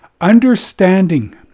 understanding